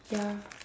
ya